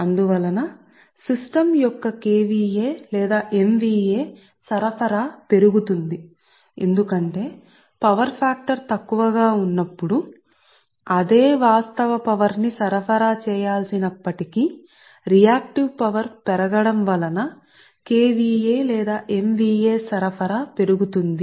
అందువల్ల system KVA లేదా MVA సరఫరా పెరుగుతుంది ఎందుకంటే KVA లేదా MVA సరఫరా పెరిగి అదే రియల్ పవర్ ని సరఫరా చేసినప్పటికీ పవర్ ఫాక్టర్ పేలవంగా ఉంటే రియాక్టివ్ పవర్ పెరుగుతుంది